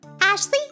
Ashley